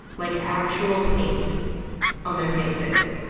like actual paint on their faces.